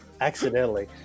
accidentally